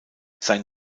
sein